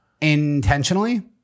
Intentionally